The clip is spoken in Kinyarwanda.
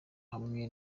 hamwe